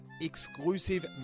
exclusive